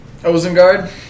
Ozengard